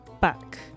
back